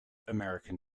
american